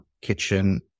kitchen